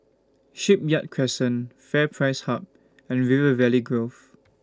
Shipyard Crescent FairPrice Hub and River Valley Grove